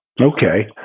Okay